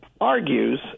argues